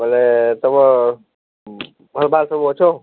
ବୋଇଲେ ତମ ଭଲ୍ ଭାଲ୍ ସବୁ ଅଛ